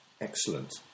Excellent